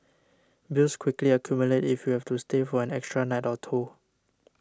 bills quickly accumulate if you have to stay for an extra night or two